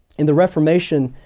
in the reformation,